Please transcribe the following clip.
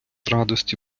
радості